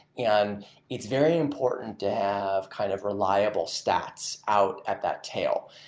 and it's very important to have kind of reliable stats out at that tail.